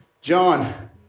John